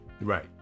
Right